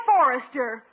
Forrester